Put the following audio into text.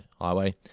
highway